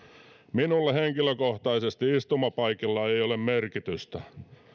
minulle henkilökohtaisesti istumapaikalla ei ei ole merkitystä